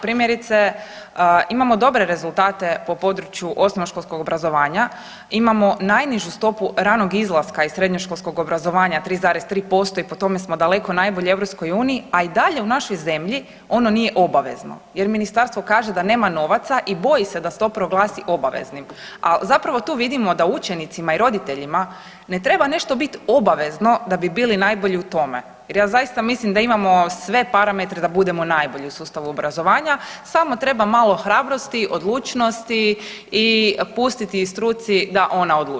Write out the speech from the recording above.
Primjerice imamo dobre rezultate po području osnovnoškolskog obrazovanja, imamo najnižu stopu ranog izlaska iz srednjoškolskog obrazovanja 3,3% i po tome smo daleko najbolji u EU, a i dalje u našoj zemlji ono nije obavezno jer ministarstvo kaže da nema novaca i boji se da se to proglasi obveznim, a zapravo tu vidimo da učenicima i roditeljima ne treba nešto bit obavezno da bi bili najbolji u tome jer ja zaista mislim da imamo sve parametre da budemo najbolji u sustavu obrazovanja samo treba malo hrabrosti, odlučnosti i pustiti struci da ona odlučuje.